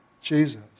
Jesus